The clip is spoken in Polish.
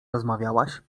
rozmawiałaś